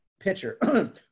pitcher